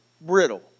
brittle